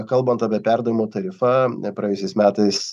kalbant apie perdavimo tarifą praėjusiais metais